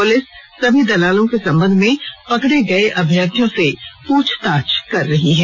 police सभी दलालों के संबंध में पकड़े गये अभ्यर्थियों से पुछताछ कर रही है